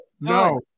No